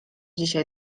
dzisiaj